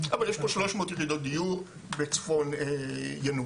אבל יש פה 300 יחידות דיור בצפון יאנוח.